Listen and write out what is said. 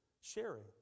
Sharing